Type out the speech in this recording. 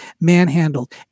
manhandled